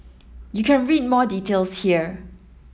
you can read more details here